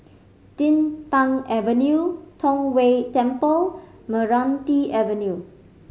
Din Pang Avenue Tong Whye Temple Meranti Avenue